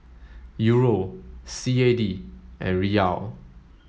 Euro C A D and Riyal